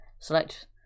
select